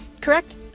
Correct